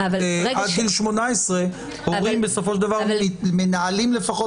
עד גיל הורים בסופו של דבר מנהלים לפחות